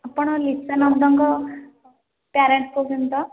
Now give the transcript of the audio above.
ଆପଣ ଲିପ୍ସା ନନ୍ଦଙ୍କ ପ୍ୟାରେଣ୍ଟ୍ସ୍ କହୁଛନ୍ତି ତ